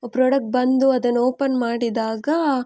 product ಬಂದು ಅದನ್ನು open ಮಾಡಿದಾಗ